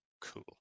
cool